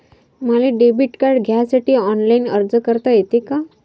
मले debit card घ्यासाठी online अर्ज करता येते का?